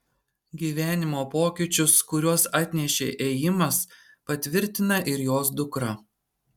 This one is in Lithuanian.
gyvenimo pokyčius kuriuos atnešė ėjimas patvirtina ir jos dukra